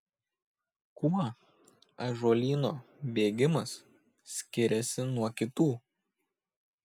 kuo ąžuolyno bėgimas skiriasi nuo kitų